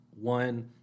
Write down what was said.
one